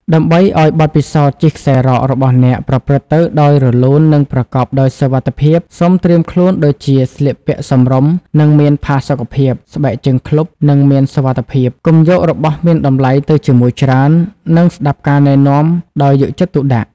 ដើម្បីឱ្យបទពិសោធន៍ជិះខ្សែរ៉ករបស់អ្នកប្រព្រឹត្តទៅដោយរលូននិងប្រកបដោយសុវត្ថិភាព សូមត្រៀមខ្លួនដូចជាស្លៀកពាក់សមរម្យនិងមានផាសុកភាព ស្បែកជើងឃ្លុប និងមានសុវត្ថិភាព កុំយករបស់មានតម្លៃទៅជាមួយច្រើន និងស្ដាប់ការណែនាំដោយយកចិត្តទុកដាក់។